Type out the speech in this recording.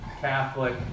Catholic